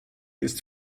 ist